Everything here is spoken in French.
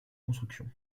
construction